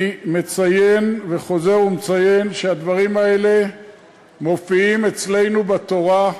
אני חוזר ומציין שהדברים האלה מופיעים אצלנו בתורה.